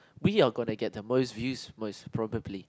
we are gonna get the most views most probably